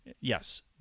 Yes